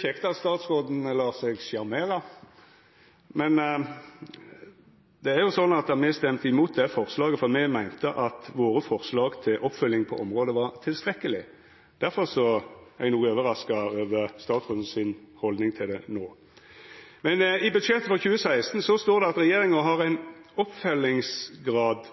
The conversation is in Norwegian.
kjekt at statsråden lèt seg sjarmera, men det er jo sånn at me stemde imot det forslaget fordi me meinte at våre forslag til oppfølging på området var tilstrekkelege. Difor er eg overraska over statsrådens haldning til det no. Men i budsjettet for 2016 står det at regjeringa har ein oppfølgingsgrad